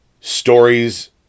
stories